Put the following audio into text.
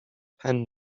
pen